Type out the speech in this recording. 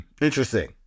Interesting